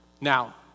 Now